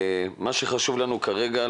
מה שחשוב לנו כרגע,